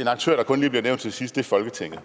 En aktør, der kun lige blev nævnt til sidst, var Folketinget.